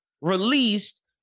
released